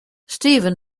stephen